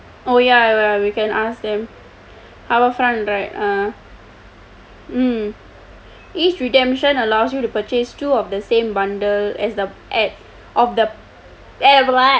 oh ya ya we can ask them harbourfront right mm each redemption allows you to purchase two of the same bundle as the of the